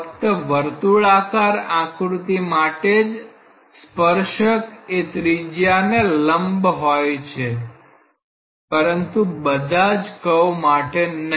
ફક્ત વર્તુળાકાર આકૃતિ માટે જ સ્પર્શક એ ત્રિજ્યા ને લંબ હોય છે પરંતુ બધા જ કર્વ માટે નહીં